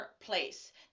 place